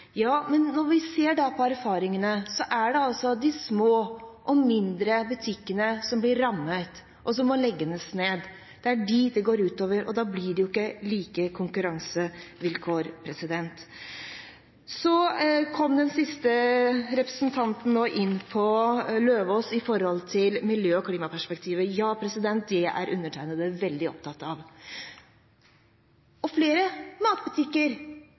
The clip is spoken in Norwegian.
Men når man ser på erfaringene, er det de små og mindre butikkene som blir rammet, og som må legges ned. Det er dem det går ut over, og da blir det ikke like konkurransevilkår. Forrige taler, representanten Løvaas, kom inn på miljø- og klimaperspektivet. Det er undertegnede veldig opptatt av. Flere matbutikker